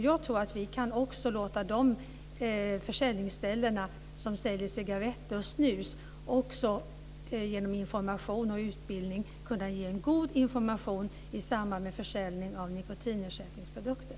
Jag tror att vi också kan låta de försäljningsställen som säljer cigarretter och snus, med hjälp av utbildning, ge god information i samband med försäljning av nikotinersättningsprodukter.